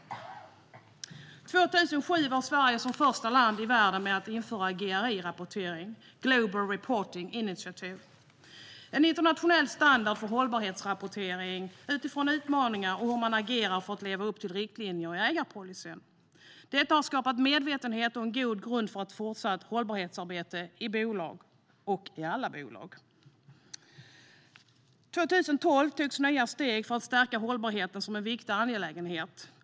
År 2007 var Sverige det första landet i världen att införa GRI-rapportering: global reporting initiative, en internationell standard för hållbarhetsrapportering utifrån utmaningar och hur man agerar för att leva upp till riktlinjerna i ägarpolicyn. Detta har skapat medvetenhet och en god grund för ett fortsatt hållbarhetsarbete i bolaget och i alla bolag. År 2012 togs nya steg för att förstärka hållbarhet som en viktig angelägenhet.